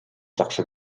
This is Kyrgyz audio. жакшы